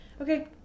Okay